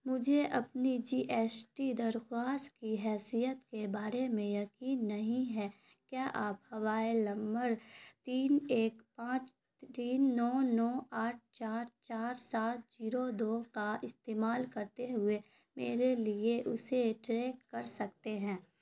مجھے اپنی G S T درخواست کی حیثیت کے بارے میں یقین نہیں ہے کیا آپ حوالہ لمبر تین ایک پانچ تین نو نو آٹھ چار چار سات جیرو دو کا استعمال کرتے ہوئے میرے لیے اسے ٹریک کر سکتے ہیں